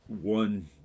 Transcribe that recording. one